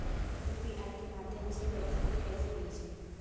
UPI के माध्यम से पैसे को कैसे भेजें?